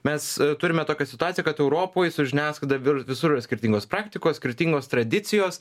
mes turime tokią situaciją kad europoj su žiniasklaida vir visur skirtingos praktikos skirtingos tradicijos